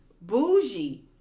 bougie